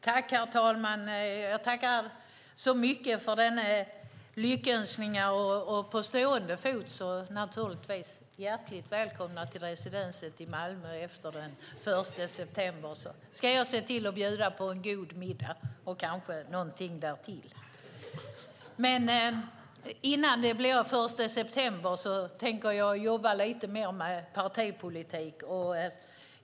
Herr talman! Jag tackar så mycket för den lyckönskningen, och på stående fot säger jag naturligtvis: Hjärtligt välkomna till residenset i Malmö efter den 1 september, så ska jag se till att bjuda på en god middag och kanske någonting därtill! Men innan det blir den 1 september tänker jag jobba lite mer med partipolitik.